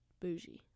bougie